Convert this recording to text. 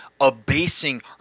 abasing